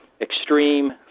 extreme